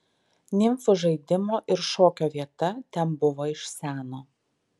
nimfų žaidimo ir šokio vieta ten buvo iš seno